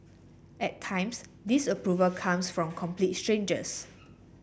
at times disapproval comes from complete strangers